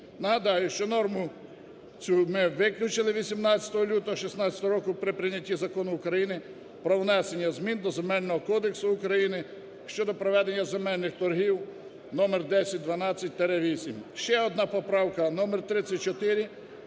Нагадаю, що норму цю ми виключили 18 лютого 2016 року при прийнятті Закону України "Про внесення змін до Земельного кодексу України" щодо проведення земельних торгів (номер 1012-8).